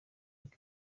luc